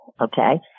Okay